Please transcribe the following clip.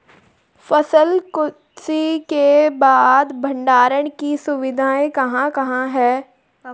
फसल कत्सी के बाद भंडारण की सुविधाएं कहाँ कहाँ हैं?